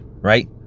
right